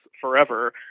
forever